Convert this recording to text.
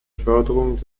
förderung